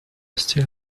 still